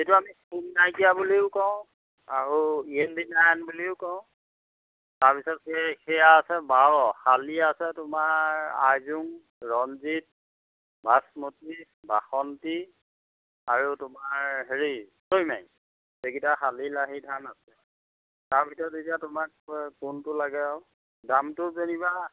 সেইটো আমি চুম নাইকিয়া বুলিও কওঁ আৰু ইয়েন বি নাইন বুলিও কওঁ তাৰপিছত সেই সেয়া আছে বাও শালি আছে তোমাৰ আইজুং ৰঞ্জিত বাছমতি বাসন্তি আৰু তোমাৰ হেৰি ছৈমাই সেইকেইটা শালী লাহি ধান আছে তাৰ ভিতৰত এতিয়া তোমাক কোনটো লাগে আৰু দামটো যেনিবা